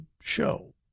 show